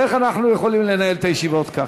איך אנחנו יכולים לנהל את הישיבות ככה?